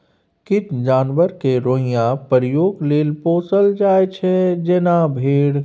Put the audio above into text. किछ जानबर केँ रोइयाँ प्रयोग लेल पोसल जाइ छै जेना भेड़